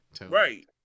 Right